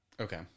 Okay